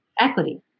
equity